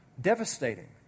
Devastating